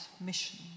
mission